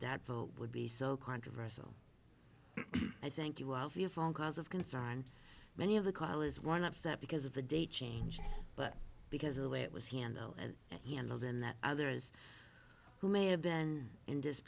that vote would be so controversial i thank you all for your phone calls of concern many of the callers one upset because of the date change but because of the way it was handled and handled in that others who may have been in